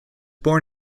born